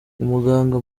umuganga